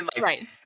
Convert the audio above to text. Right